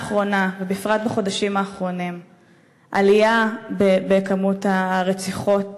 אנחנו רואים בשנה האחרונה ובפרט בחודשים האחרונים עלייה בכמות הרציחות